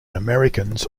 americans